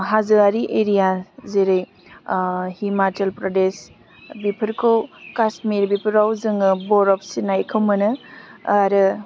हाजोआरि एरिया जेरै हिमाचल प्रदेश बेफोरखौ काश्मिर बेफोराव जोङो बरफ सिनायखौ मोनो आरो